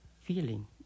feeling